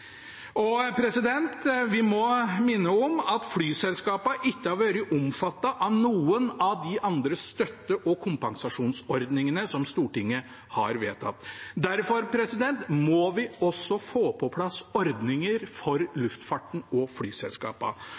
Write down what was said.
Vi må minne om at flyselskapene ikke har vært omfattet av noen av de andre støtte- og kompensasjonsordningene som Stortinget har vedtatt. Derfor må vi også få på plass ordninger for luftfarten og